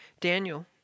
Daniel